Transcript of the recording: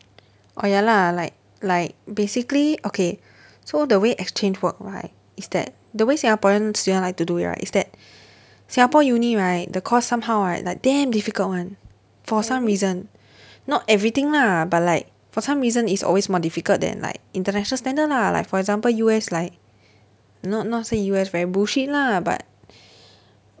orh ya lah like like basically okay so the way exchange work right is that the way singaporean student like to do it right is that singapore uni right the course somehow right like damn difficult [one] for some reason not everything lah but like for some reason is always more difficult than like international standard lah like for example U_S like not not say U_S very bullshit lah but